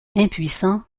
impuissant